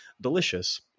delicious